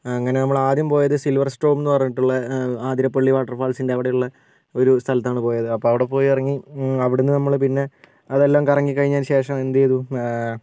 അങ്ങനെ നമ്മൾ ആദ്യം പോയത് സിൽവർ സ്റ്റോം എന്ന് പറഞ്ഞിട്ടുള്ള ആതിരപ്പള്ളി വാട്ടർഫാൾസിൻ്റെ അവിടെയുള്ള ഒരു സ്ഥലത്താണ് പോയത് അപ്പോൾ അവിടെ പോയി ഇറങ്ങി അവിടെ നിന്ന് നമ്മൾ പിന്നെ അതെല്ലാം കറങ്ങികഴിഞ്ഞതിന് ശേഷം എന്തുചെയ്തു